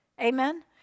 Amen